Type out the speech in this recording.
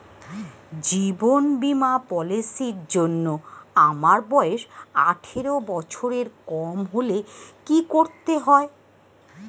জীবন বীমা পলিসি র জন্যে আমার বয়স আঠারো বছরের কম হলে কি করতে হয়?